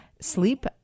sleep